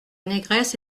négresse